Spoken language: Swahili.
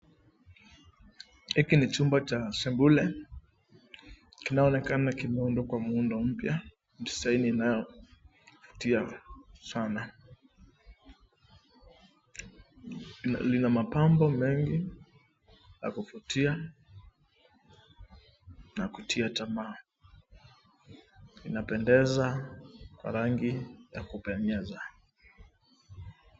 Hiki ni chumba cha sebule kinaoonekana kimeundwa kwa muundo mpya design unaovutia sana. Lina mapambo mengi la kuvutia na kutia tamaa. Inapendeza kwa rangi ya kupendeza.